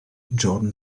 jordan